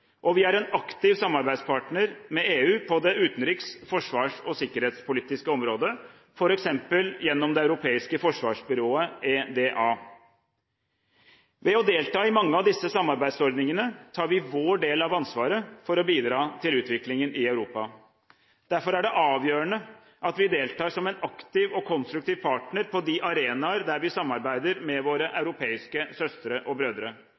Vi er en aktiv samarbeidspartner med EU på det utenrikspolitiske, det forsvarspolitiske og det sikkerhetspolitiske området, f.eks. gjennom det europeiske forsvarsbyrået, EDA. Ved å delta i mange av disse samarbeidsordningene tar vi vår del av ansvaret for å bidra til utviklingen i Europa. Derfor er det avgjørende at vi deltar som en aktiv og konstruktiv partner på de arenaer der vi samarbeider med våre europeiske søstre og brødre,